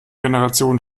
generation